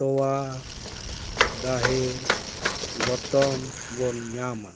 ᱛᱚᱣᱟ ᱫᱟᱦᱮ ᱜᱚᱛᱚᱢ ᱵᱚᱱ ᱧᱟᱢᱟ